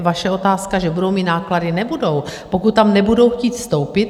Vaše otázka, že budou mít náklady nebudou, pokud tam nebudou chtít vstoupit.